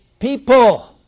people